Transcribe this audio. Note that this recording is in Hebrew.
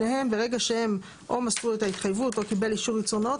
שניהם ברגע שהם או מסרו את ההתחייבות או קיבל אישור ייצור נאות,